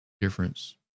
difference